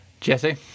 Jesse